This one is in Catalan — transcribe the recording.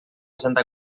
santa